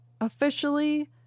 Officially